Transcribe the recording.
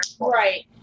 Right